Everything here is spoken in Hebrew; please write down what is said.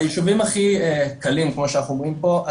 בישובים הכי קלים כמו שאנחנו אומרים פה,